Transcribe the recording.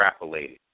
extrapolated